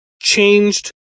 changed